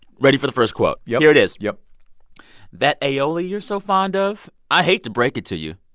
ready for the first quote? yup here it is yup that aioli you're so fond of i hate to break it to you,